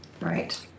Right